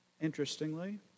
interestingly